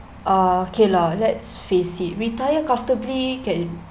uh K lah let's face it retire comfortably can